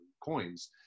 coins